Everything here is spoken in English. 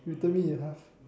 return me in half